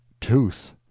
tooth